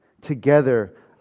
together